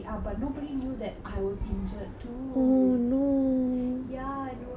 ya it was so painful and whenever I told this story to anyone nobody believed me